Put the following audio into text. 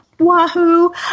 Wahoo